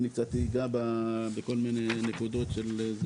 אני אגע בכל מיני נקודות.